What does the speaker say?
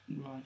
Right